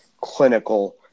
clinical